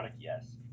yes